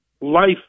life